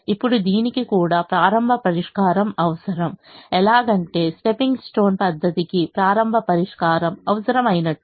ఇప్పుడు దీనికి కూడా ప్రారంభ పరిష్కారం అవసరంఎలాగంటే స్టెప్పింగ్ స్టోన్ పద్ధతికి ప్రారంభ పరిష్కారం అవసరం అయినట్టు